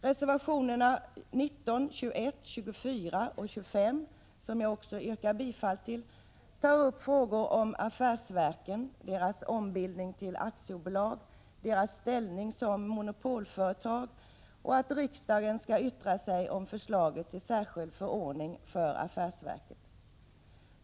Reservationerna 19, 21, 24 och 25, som jag också yrkar bifall till, tar upp frågor om affärsverken — deras ombildning till aktiebolag, deras ställning som monopolföretag och att riksdagen skall yttra sig över förslaget om en särskild förordning för affärsverken.